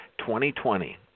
2020